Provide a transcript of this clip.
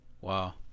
wow